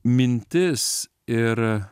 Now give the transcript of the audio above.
mintis ir